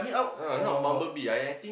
uh no not Bumblebee I I think